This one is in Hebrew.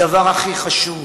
הדבר הכי חשוב